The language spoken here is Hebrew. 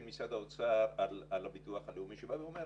של משרד האוצר על הביטוח הלאומי שבא ואומר,